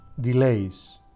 delays